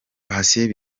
patient